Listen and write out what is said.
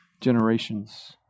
generations